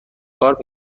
کار